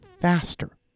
faster